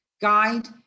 guide